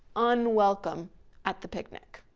unwelcome at the picnic,